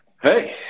Hey